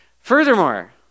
Furthermore